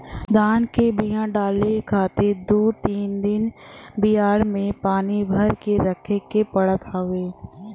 धान के बिया डाले खातिर दू तीन दिन बियाड़ में पानी भर के रखे के पड़त हउवे